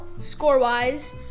score-wise